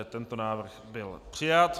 Tento návrh byl přijat.